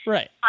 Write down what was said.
Right